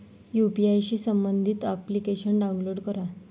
UPI शी संबंधित application download करा